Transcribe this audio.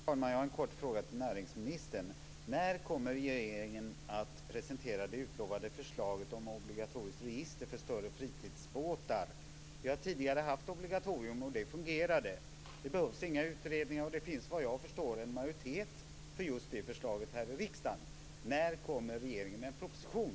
Fru talman! Jag har en kort fråga till näringsministern. När kommer regeringen att presentera det utlovade förslaget om ett obligatoriskt register för större fritidsbåtar? Vi har tidigare haft ett obligatorium, och det fungerade. Det behövs inga utredningar, och vad jag förstår finns det en majoritet för det förslaget här riksdagen. När kommer regeringen med en proposition?